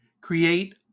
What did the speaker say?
Create